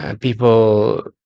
People